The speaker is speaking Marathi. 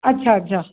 अच्छा अच्छा